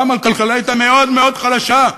פעם הכלכלה הייתה מאוד מאוד חלשה,